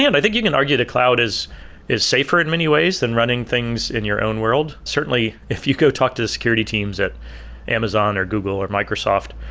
yeah but i think you can argue the cloud is is safer in many ways than running things in your own world. certainly, if you go talk to the security teams at amazon or google or microsoft,